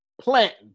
planting